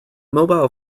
mobile